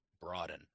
broaden